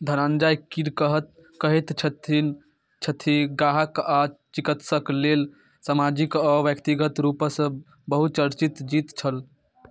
धनञ्जय कीर कहत कहैत छथिन छथि गाहक आ चिकित्सक लेल सामाजिक अ व्यक्तिगत रूपसँ बहुचर्चित जीत छल